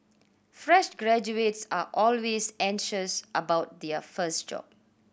fresh graduates are always anxious about their first job